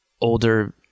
older